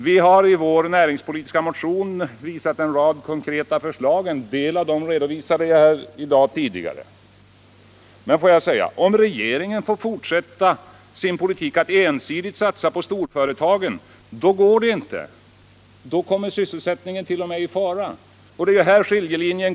Vi har i vår näringspolitiska motion en rad konkreta förslag, av vilka jag tidigare i dag har redovisat en del. Om regeringen får fortsätta med sin politik att ensidigt satsa på storföretagen, då kommer sysselsättningen i fara. Det är här skiljelinjen går mellan våra partier.